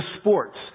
sports